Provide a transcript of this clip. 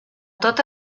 tot